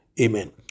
Amen